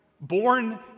Born